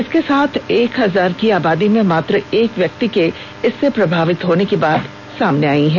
इसके साथ एक हजार की आबादी में मात्र एक व्यक्ति के इससे प्रमावित होने की बात सामने आई है